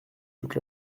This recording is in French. toute